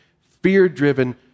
fear-driven